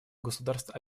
государств